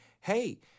hey